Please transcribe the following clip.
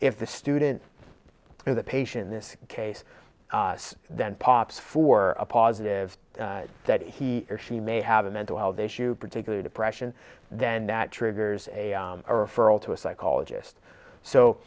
if the students are the patient this case then pops for a positive that he or she may have a mental health issue particularly depression then that triggers a referral to a psychologist so